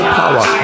power